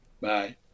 Bye